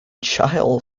chile